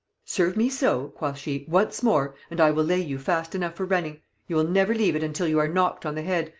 serve me so quoth she, once more, and i will lay you fast enough for running you will never leave it until you are knocked on the head,